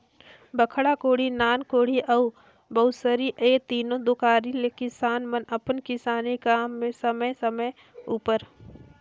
बड़खा कोड़ी, नान कोड़ी अउ बउसली ए तीनो कुदारी ले किसान मन अपन किसानी काम मे समे समे उपर